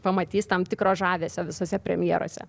pamatys tam tikro žavesio visose premjerose